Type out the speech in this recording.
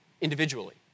individually